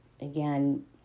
again